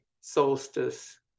solstice